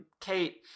Kate